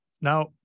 Now